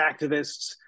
activists